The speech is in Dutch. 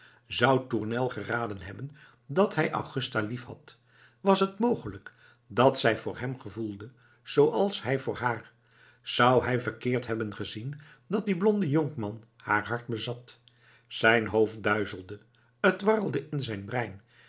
zou tournel geraden hebben dat hij augusta liefhad was het mogelijk dat zij voor hem gevoelde zooals hij voor haar zou hij verkeerd hebben gezien dat die blonde jonkman haar hart bezat zijn hoofd duizelde t warrelde in zijn brein